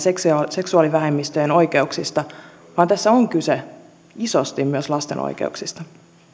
seksuaalivähemmistöjen oikeuksista vaan tässä on kyse isosti myös lasten oikeuksista